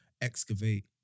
excavate